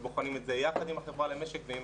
ובוחנים את זה יחד עם החברה למשק ועם